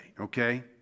okay